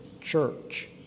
church